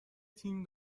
تیم